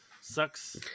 sucks